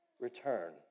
Return